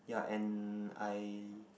ya and I